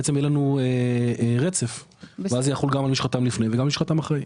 בעצם יהיה לנו רצף ואז זה יחול גם על מי שחתם לפני וגם על מי שחתם אחרי.